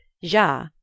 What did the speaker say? ja